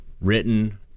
written